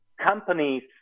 companies